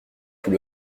tout